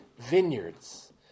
vineyards